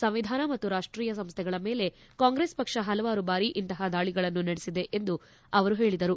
ಸಂವಿಧಾನ ಮತ್ತು ರಾಷ್ಟೀಯ ಸಂಸ್ಥೆಗಳ ಮೇಲೆ ಕಾಂಗ್ರೆಸ್ ಪಕ್ಷ ಪಲವಾರು ಬಾರಿ ಇಂತಪ ದಾಳಿಗಳನ್ನು ನಡೆಸಿದೆ ಎಂದು ಅವರು ಪೇಳಿದರು